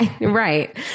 Right